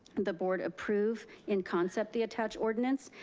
the board approve in concept the attached ordinance,